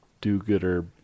do-gooder